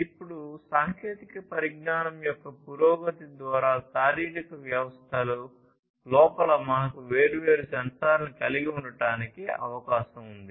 ఇప్పుడు సాంకేతిక పరిజ్ఞానం యొక్క పురోగతి ద్వారా శారీరక వ్యవస్థల లోపల మనకు వేర్వేరు సెన్సార్లను కలిగి ఉండటానికి అవకాశం ఉంది